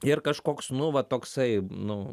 ir kažkoks nu va toksai nu